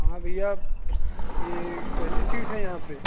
हाँ भैया ये कैसी सीट है यहाँ पर